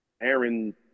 Aaron